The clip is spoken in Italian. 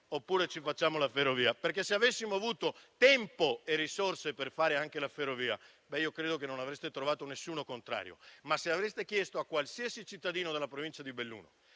oppure ci facciamo la ferrovia? Se avessimo avuto tempo e risorse per fare anche la ferrovia, credo che non avreste trovato nessuno contrario. Ma se aveste chiesto a qualsiasi cittadino della provincia di Belluno